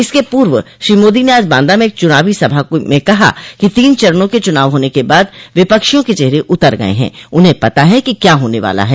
इसके पूर्व श्री मोदी ने आज बांदा में एक चुनावी सभा में कहा कि तीन चरणों के चुनाव होने के बाद विपक्षियों के चेहरे उतर गये हैं उन्हें पता है कि क्या होने वाला है